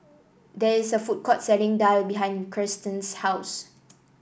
there is a food court selling daal behind Kirsten's house